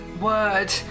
word